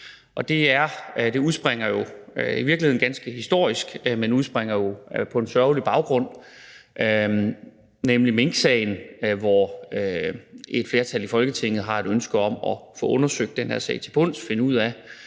det er i virkeligheden ganske historisk – på en sørgelig baggrund, nemlig minksagen, hvor et flertal i Folketinget har et ønske om at få undersøgt den her sag til bunds og finde ud af,